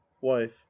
wife